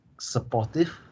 supportive